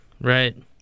right